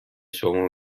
شما